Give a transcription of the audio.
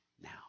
Now